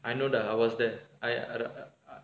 I know that I was there